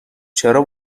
چرا